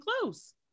close